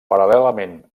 paral·lelament